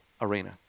arena